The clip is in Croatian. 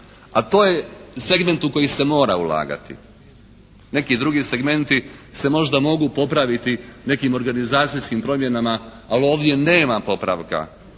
a to je segment u koji se mora ulagati. Neki drugi segmenti se možda mogu popraviti nekim organizacijskim promjenama, ali ovdje nema popravka